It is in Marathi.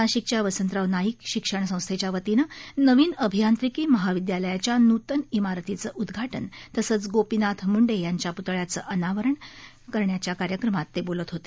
नाशिकच्या वसंतराव नाईक शिक्षण संस्थेच्या वतीने नवीन अभियांत्रिकी महाविदयालयाच्या नूतन इमारतीचे उदघाटन तसेच गोपीनाथ मुंडे यांच्या प्तळ्याचे अनावरण कार्यक्रमात ते बोलत होते